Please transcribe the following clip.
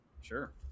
Sure